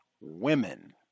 women